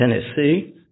Tennessee